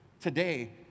today